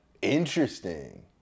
Interesting